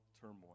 turmoil